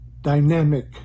dynamic